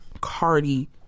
Cardi